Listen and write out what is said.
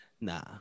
Nah